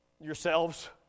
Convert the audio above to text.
yourselves